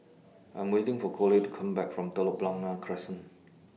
I'm waiting For Coley to Come Back from Telok Blangah Crescent